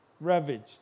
ravaged